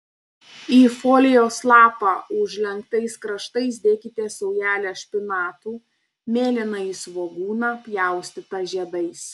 į folijos lapą užlenktais kraštais dėkite saujelę špinatų mėlynąjį svogūną pjaustytą žiedais